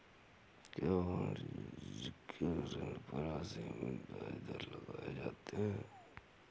क्या वाणिज्यिक ऋण पर असीमित ब्याज दर लगाए जाते हैं?